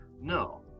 no